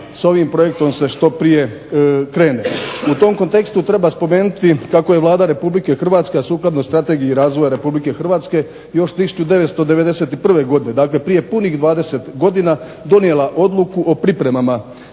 s ovim projektom se što prije krene. U tom kontekstu treba spomenuti kako je Vlada Republike Hrvatske, a sukladno Strategiji razvoja Republike Hrvatske još 1991. godine, dakle prije punih 20 godina donijela odluku o pripremama za